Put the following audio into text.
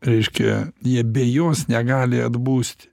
reiškia jie be jos negali atbusti